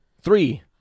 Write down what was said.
Three